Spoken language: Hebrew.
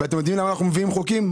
ואתם יודעים למה אנחנו מביאים חוקים?